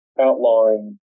outlawing